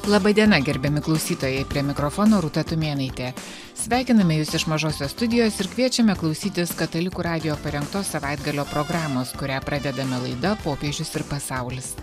laba diena gerbiami klausytojai prie mikrofono rūta tumėnaitė sveikiname jus iš mažosios studijos ir kviečiame klausytis katalikų radijo parengtos savaitgalio programos kurią pradedame laida popiežius ir pasaulis